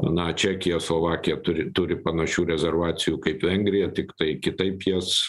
na čekija slovakija turi turi panašių rezervacijų kaip vengrija tiktai kitaip jas